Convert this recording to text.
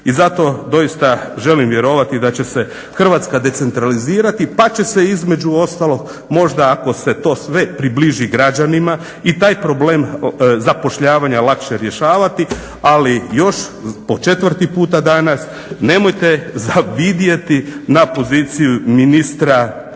I zato doista želim vjerovati da će se Hrvatska decentralizirati pa će se između ostalog možda ako se to sve približi građanima i taj problem zapošljavanja lakše rješavati, ali još po 4 puta danas nemojte zavidjeti na poziciji ministra rada